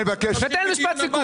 אני מבקש --- תמשיך, ותן משפט סיכום.